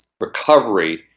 recovery